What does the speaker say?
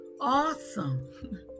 Awesome